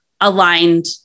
aligned